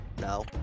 No